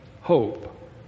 hope